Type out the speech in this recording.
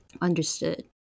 understood